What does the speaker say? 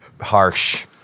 harsh